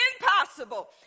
impossible